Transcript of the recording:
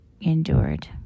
endured